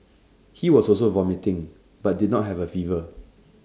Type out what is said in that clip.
he was also vomiting but did not have A fever